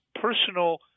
personal